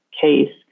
case